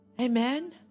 Amen